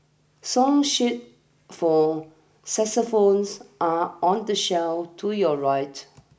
song sheet for saxophones are on the shelf to your right